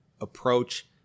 approach